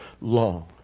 long